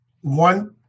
one